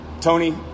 Tony